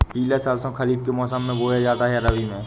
पिला सरसो खरीफ में बोया जाता है या रबी में?